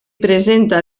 presenta